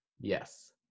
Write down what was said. yes